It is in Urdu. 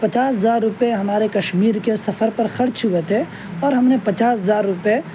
پچاس ہزار روپے ہمارے کشمیر کے سفر پر خرچ ہوئے تھے اور ہم نے پچاس ہزار روپے